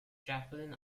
chaplain